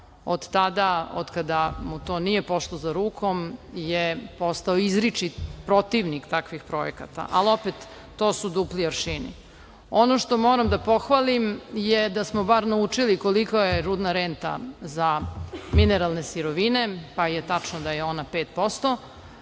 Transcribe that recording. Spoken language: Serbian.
od tada, od kada mu to nije pošlo za rukom, je postao izričit protivnik takvih projekata, ali, opet, to su dupli aršini. Ono što moram da pohvalim je da smo bar naučili koliko je rudna renta za mineralne sirovine, pa je tačno da je ona 5%.